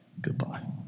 goodbye